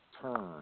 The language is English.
turn